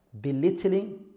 belittling